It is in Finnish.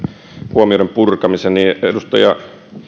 huomioiden purkamisen edustaja